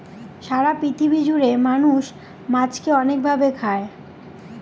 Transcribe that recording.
সারা পৃথিবী জুড়ে মানুষ মাছকে অনেক ভাবে খায়